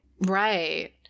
Right